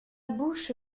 bouche